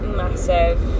massive